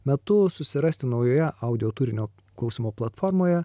metu susirasti naujoje audio turinio klausymo platformoje